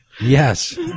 Yes